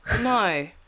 No